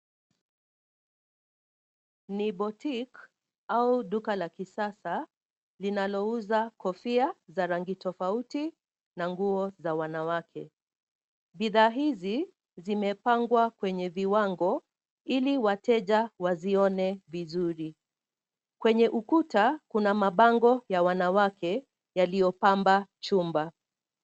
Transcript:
Ni boutique , au duka la kisasa, linalouza kofia za rangi tofauti na nguo za wanawake. Bidhaa hizi, zimepangwa kwenye viwango, ili wateja wazione vizuri. Kwenye ukuta, kuna mabango ya wanawake yaliyopamba chumba.